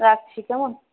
রাখছি কেমন